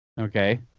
Okay